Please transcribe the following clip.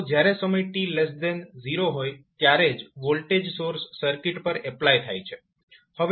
તો જ્યારે સમય t0 હોય ત્યારે જ વોલ્ટેજ સોર્સ સર્કિટ પર એપ્લાય થાય છે